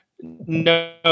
no